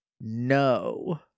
No